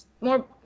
more